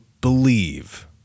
believe